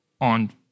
on